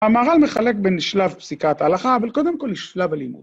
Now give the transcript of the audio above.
המהר"ל מחלק בין שלב פסיקת ההלכה, אבל קודם כל שלב הלימוד.